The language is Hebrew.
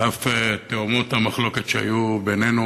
על אף תהומות המחלוקת שהיו בינינו,